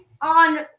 on